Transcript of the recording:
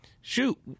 Shoot